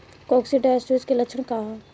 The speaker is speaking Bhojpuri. कोक्सीडायोसिस के लक्षण का ह?